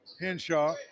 Henshaw